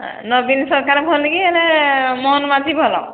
ନବୀନ ସରକାର ଭଲ କି ଏଇନେ ମୋହନ ମାଝୀ ଭଲ